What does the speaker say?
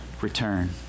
return